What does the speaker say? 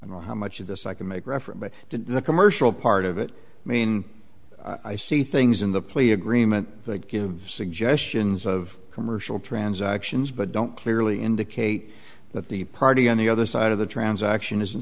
i know how much of this i can make reference to the commercial part of it i mean i see things in the plea agreement that give suggestions of commercial transactions but don't clearly indicate that the party on the other side of the transaction isn't